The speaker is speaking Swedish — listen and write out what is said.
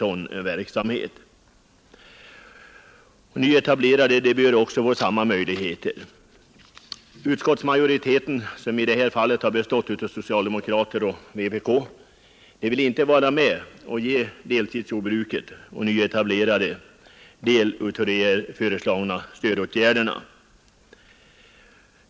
Också nyetablerade jordbrukare bör få samma möjligheter. Utskottsmajoriteten, som i detta fall har bestått av socialdemokrater och vpk:s representant, vill emellertid inte låta de föreslagna stödåtgärderna omfatta deltidsjordbruken och de nyetablerade jordbruken.